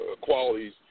qualities